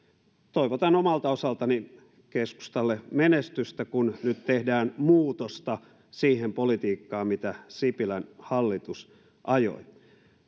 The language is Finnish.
toivotan omalta osaltani keskustalle menestystä kun nyt tehdään muutosta siihen politiikkaan mitä sipilän hallitus ajoi